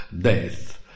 death